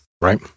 right